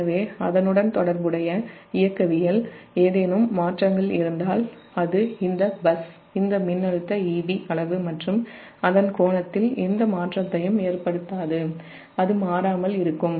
எனவே அதனுடன் தொடர்புடைய இயக்கவியல் ஏதேனும் மாற்றங்கள் இருந்தால் அது இந்த பஸ் மின்னழுத்த EB அளவு மற்றும் அதன் கோணத்தில் எந்த மாற்றத்தையும் ஏற்படுத்தாது அது மாறாமல் இருக்கும்